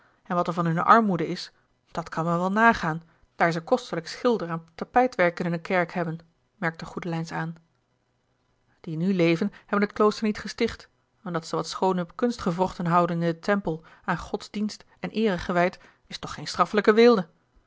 en wat er van hunne armoede is dat kan men wel nagaan daar ze kostelijk schilderen tapijtwerk in hunne kerk hebben merkte goedelijns aan die nu leven hebben t klooster niet gesticht en dat ze wat schoone kunstgewrochten houden in den tempel aan gods dienst en eere gewijd is toch geen straffelijke weelde